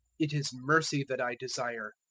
it is mercy that i desire,